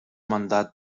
mandat